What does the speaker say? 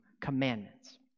commandments